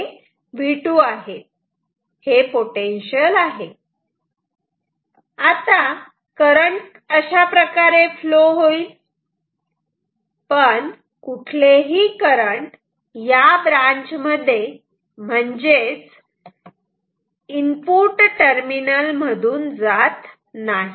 आता करंट अशाप्रकारे फ्लो होईल पण कुठलेही करंट या ब्रांच मध्ये म्हणजेच इनपुट टरमिनल मधून जात नाही